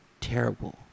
Terrible